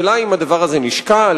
השאלה היא האם הדבר הזה נשקל,